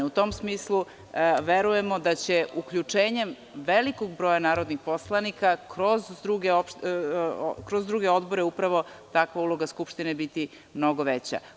U tom smislu, verujemo da će uključenjem velikog broja narodnih poslanika, kroz druge odbore upravo takva uloga Skupštine biti mnogo veća.